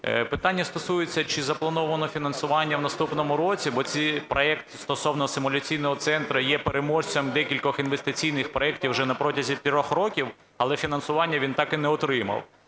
Питання стосується, чи заплановано фінансування в наступному році? Бо ці проекти стосовно симуляційного центру є переможцем декількох інвестиційних проектів уже протягом трьох років, але фінансування він так і не отримав.